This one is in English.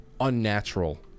unnatural